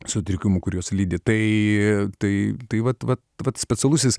sutrikimų kuriuos lydi tai tai tai vat vat vat specialusis